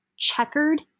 checkered